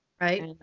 Right